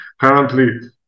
Currently